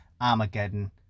Armageddon